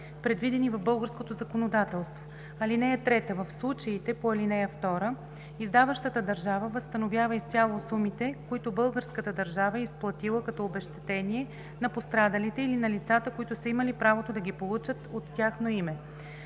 предвиден в българското законодателство. (3) В случаите по ал. 2 издаващата държава възстановява изцяло сумите, които българската държава е изплатила като обезщетение на пострадалите или на лицата, които са имали правото да ги получат от тяхно име.